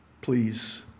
Please